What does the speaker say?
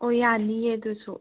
ꯑꯣ ꯌꯥꯅꯤꯑꯦ ꯑꯗꯨꯁꯨ